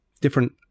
different